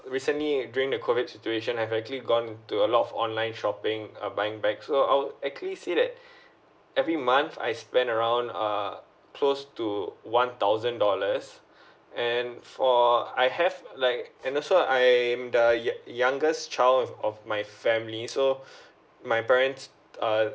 recently during the COVID situation I've actually gone into a lot of online shopping uh buying bags so I would actually say that every month I spend around uh close to one thousand dollars and for I have like and also I'm the young~ youngest child of of my family so my parents uh